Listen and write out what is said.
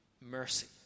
mercy